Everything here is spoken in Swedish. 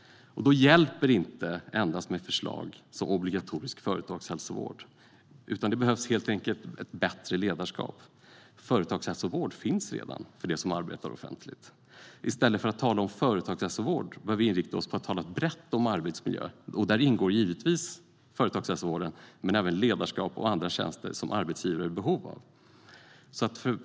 Då hjälper det inte endast med förslag om obligatorisk företagshälsovård, utan det behövs helt enkelt bättre ledarskap. Företagshälsovård finns redan för dem som arbetar offentligt. I stället för att tala om företagshälsovård bör vi inrikta oss på att tala brett om arbetsmiljö. Där ingår givetvis företagshälsovården, men även ledarskap och andra tjänster som arbetsgivare är i behov av.